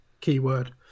keyword